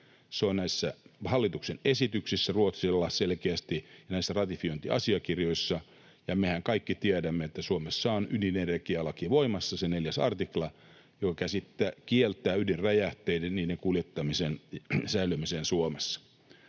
Se on näissä hallituksen esityksissä Ruotsilla selkeästi ja näissä ratifiointiasiakirjoissa, ja mehän kaikki tiedämme, että Suomessa on ydinenergialaki voimassa, se 4 artikla, joka kieltää ydinräjähteiden kuljettamisen ja säilömisen Suomessa.